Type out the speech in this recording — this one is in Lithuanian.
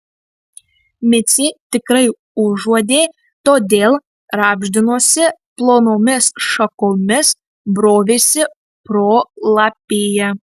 micė tikrai užuodė todėl rabždinosi plonomis šakomis brovėsi pro lapiją